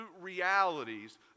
realities